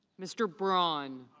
mr. braun.